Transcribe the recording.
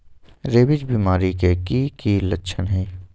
rabies बीमारी के कि कि लच्छन हई